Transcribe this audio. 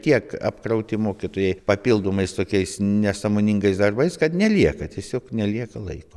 tiek apkrauti mokytojai papildomais tokiais nesąmoningais darbais kad nelieka tiesiog nelieka laiko